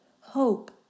Hope